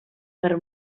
per